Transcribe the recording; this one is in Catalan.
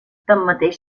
tanmateix